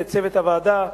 לצוות הוועדה,